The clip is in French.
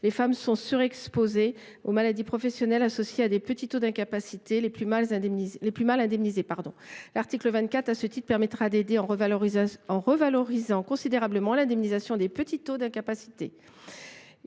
les femmes sont surexposées aux maladies professionnelles associées à de petits taux d’incapacité, les plus mal indemnisés. L’article 24 vise justement à revaloriser considérablement l’indemnisation des petits taux d’incapacité.